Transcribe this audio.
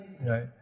right